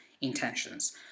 intentions